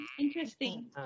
Interesting